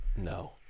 No